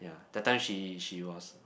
that time she she was